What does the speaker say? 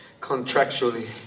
contractually